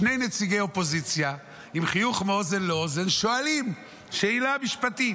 שני נציגי אופוזיציה עם חיוך מאוזן לאוזן שואלים שאלה משפטית.